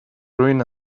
ruin